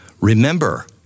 Remember